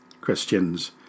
Christians